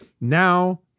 now